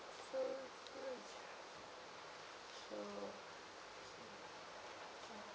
so so